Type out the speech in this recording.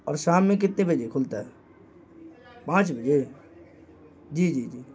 اور شام میں کتنے بجے کھلتا ہے پانچ بجے جی جی جی